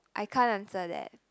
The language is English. I can't answer that